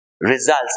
results